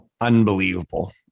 Unbelievable